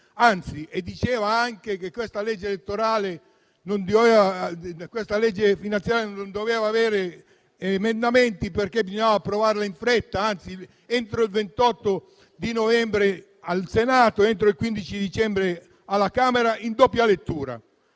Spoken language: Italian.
quale diceva anche che questa manovra di bilancio non doveva avere emendamenti, perché bisognava approvarla in fretta, entro il 28 novembre al Senato ed entro il 15 dicembre alla Camera in doppia lettura.